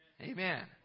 Amen